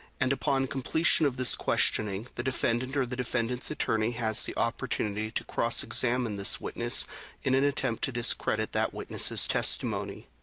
and upon completion of this questioning, the defendant or the defendant s attorney has the opportunity to cross-examine this witness in an attempt to discredit that witness's testimony.